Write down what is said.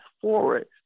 forward